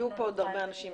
יהיו פה עוד הרבה אנשים